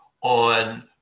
on